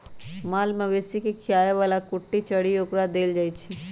माल मवेशी के खीयाबे बला कुट्टी चरी ओकरा देल जाइ छै